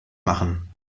machen